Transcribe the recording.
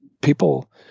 people